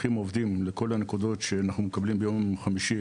שולחים עובדים לכל הנקודות שאנחנו מקבלים ביום חמישי